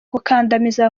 gukandamiza